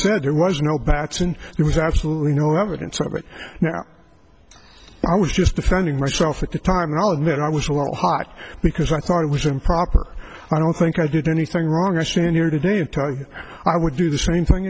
said there was no batson there was absolutely no evidence of it now i was just defending myself at the time and all of that i was a little hot because i thought it was improper i don't think i did anything wrong i stand here to tell you i would do the same thing